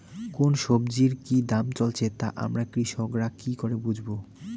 কোন সব্জির কি দাম চলছে তা আমরা কৃষক রা কি করে বুঝবো?